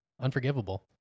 unforgivable